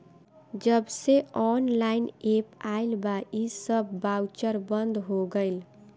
जबसे online app आईल बा इ सब बाउचर बंद हो गईल